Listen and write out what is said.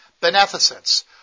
beneficence